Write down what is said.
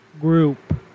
group